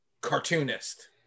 cartoonist